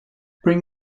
bring